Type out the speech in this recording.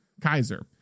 kaiser